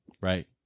Right